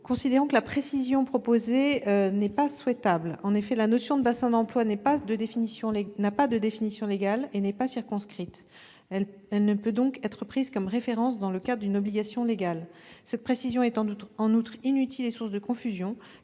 considère que la précision proposée n'est pas souhaitable. En effet, la notion de bassin d'emploi n'a pas de définition légale et n'est pas circonscrite. Elle ne peut donc être prise comme référence dans le cadre d'une obligation légale. Cette précision est en outre inutile et source de confusion,